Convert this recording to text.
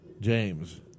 James